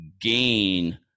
gain